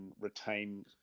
retain